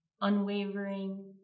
unwavering